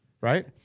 right